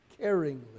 caringly